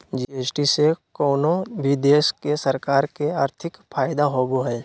GST से कउनो भी देश के सरकार के आर्थिक फायदा होबो हय